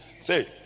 say